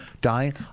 dying